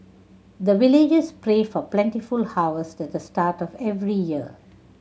the villagers pray for plentiful harvest at the start of every year